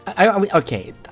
okay